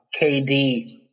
KD